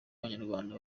abanyarwanda